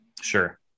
Sure